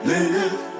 Live